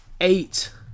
eight